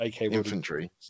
infantry